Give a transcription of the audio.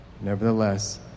Nevertheless